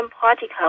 particles